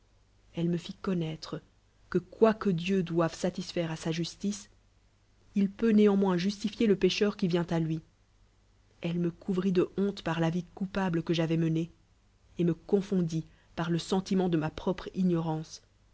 elle me nt ronnoiti ç que quoique dieu cdoi t atisl'aire à sa justice il peut néanmoins justifier le pécheur qui vient à lui elle me couvrit de honte par la vie coupable que j'avois menée et me confondit par le sentiment de ma propre ignorance